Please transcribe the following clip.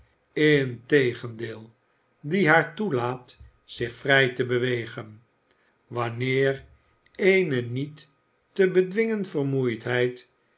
en die haar toelaat zich vrij te bewegen wanneer eene niet te bedwingen vermoeidheid